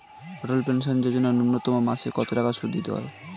অটল pension Yojana ন্যূনতম মাসে কত টাকা সুধ দিতে হয়?